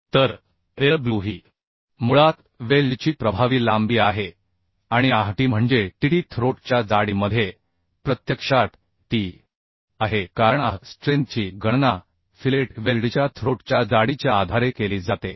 तर Lw ही मुळात वेल्डची प्रभावी लांबी आहे आणि आहT म्हणजे TT थ्रोट च्या जाडीमध्ये प्रत्यक्षात T आहे कारण आह स्ट्रेंथची गणना फिलेट वेल्डच्या थ्रोट च्या जाडीच्या आधारे केली जाते